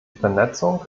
vernetzung